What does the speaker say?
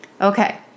Okay